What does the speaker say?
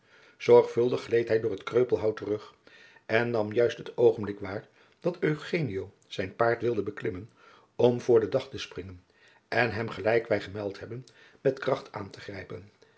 zorgvuldig gleed hij door het kreupelhout terug en nam juist het oogenblik waar dat eugenio zijn paard wilde beklimmen om voor den dag te springen en hem gelijk wij gemeld hebben met kracht aan te grijpen